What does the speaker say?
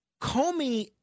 Comey